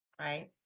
right